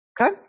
Okay